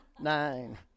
nine